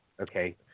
Okay